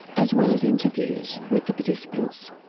as well as interviews with the participants.